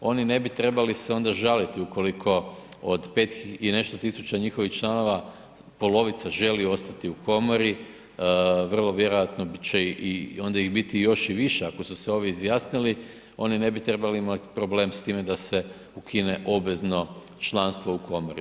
Oni ne bi trebali se onda žaliti ukoliko od 5 i nešto tisuća njihovih članova polovica želi ostati u komori, vrlo vjerojatno će i onda ih biti još i više ako su se ovi izjasnili oni ne bi trebali imati problem s time da se ukine obvezno članstvo u komori.